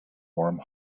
warm